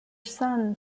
son